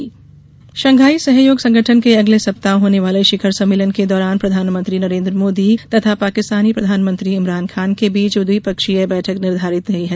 संघाई सहयोग शंघाई सहयोग संगठन के अगले सप्ताह होने वाले शिखर सम्मेलन के दौरान प्रधानमंत्री नरेन्द्र मोदी तथा पाकिस्तानी प्रधानमंत्री इमरान खान के बीच द्विपक्षीय बैठक निर्धारित नहीं है